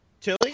Tilly